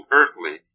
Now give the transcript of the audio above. earthly